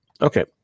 Okay